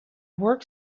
work